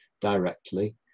directly